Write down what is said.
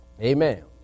Amen